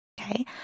Okay